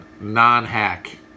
non-hack